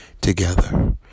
Together